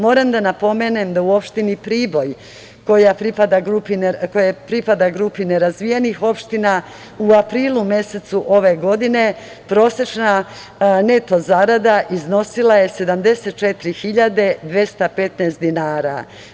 Moram da napomenem da u opštini Priboj, koja pripada grupi nerazvijenih opština, u aprilu mesecu ove godine prosečna neto zarada iznosila je 74.215 dinara.